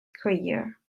career